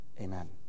Amen